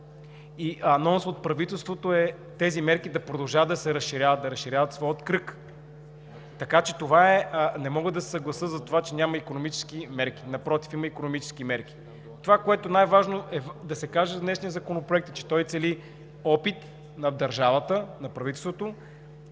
Анонсът от правителството е тези мерки да продължават да се разширяват, да разширяват своя кръг. Не мога да се съглася за това, че няма икономически мерки. Напротив, има икономически мерки. Най-важното, което трябва да се каже за днешния законопроект, е, че той цели опит на държавата, на правителството